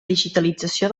digitalització